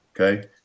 Okay